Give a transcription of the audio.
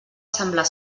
semblar